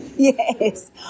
Yes